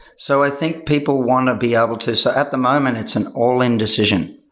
so i think people want to be able to at the moment, it's an all-in decision.